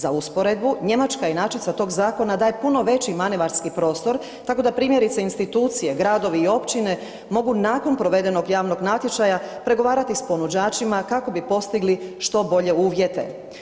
Za usporedbu njemačka inačica tog zakona daje puno veći manevarski prostor, tako da primjerice institucije, gradovi i općine mogu nakon provedenog javnog natječaja pregovarati s ponuđačima kako bi postigli što bolje uvjete.